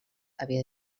havia